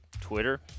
Twitter